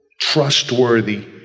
trustworthy